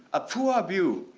a poor view,